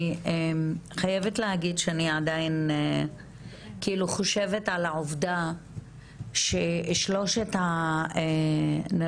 אני חייבת להגיד שאני עדיין כאילו חושבת על העובדה ששלושת הנרצחות